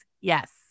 yes